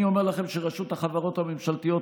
אני אומר לכם שרשות החברות הממשלתיות,